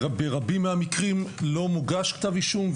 ברבים מהמקרים לא מוגש כתב אישום,